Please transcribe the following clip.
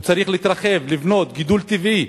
הוא צריך להתרחב, לבנות, גידול טבעי.